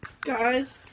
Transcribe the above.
Guys